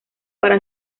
para